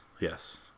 yes